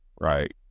Right